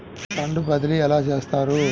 Fund బదిలీ ఎలా చేస్తారు?